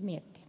miettiä